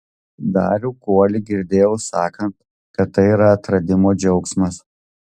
darių kuolį girdėjau sakant kad tai yra atradimo džiaugsmas